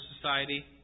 society